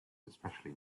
especially